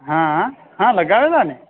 હા હા લગાવેલાને